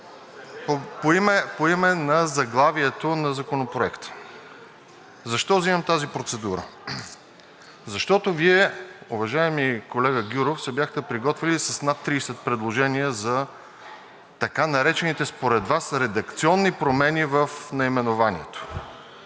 по името на заглавието на Законопроекта. Защо взимам тази процедура? Защото Вие, уважаеми колега Гюров, се бяхте приготвили с над 30 предложения за така наречените според Вас редакционни промени в наименованието.